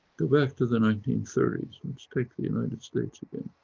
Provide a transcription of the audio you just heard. go back to the nineteen thirty s, let's take the united states again.